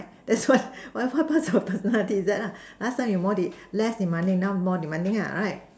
that's why what what happen to your personality is that lah last time you more less demanding now you more demanding ah right